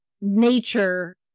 nature